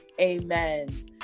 amen